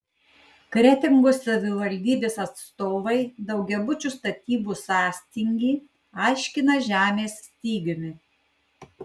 kretingos savivaldybės atstovai daugiabučių statybų sąstingį aiškina žemės stygiumi